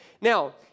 Now